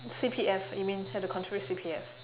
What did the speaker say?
C_P_F you mean have to contribute C_P_F